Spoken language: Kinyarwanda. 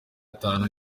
atanu